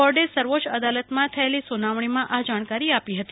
બોર્ડે સર્વોચ્ય અદાલતમાં થયેલી સુનવણીમાં આ જાણકારી આપી હતી